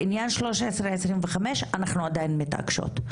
בעניין 1325 אנחנו עדיין מתעקשות.